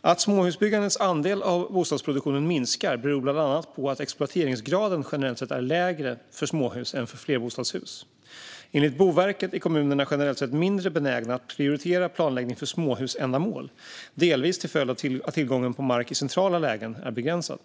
Att småhusbyggandets andel av bostadsproduktionen minskar beror bland annat på att exploateringsgraden generellt sett är lägre för småhus än för flerbostadshus. Enligt Boverket är kommunerna generellt sett mindre benägna att prioritera planläggning för småhusändamål, delvis till följd av att tillgången på mark i centrala lägen är begränsad.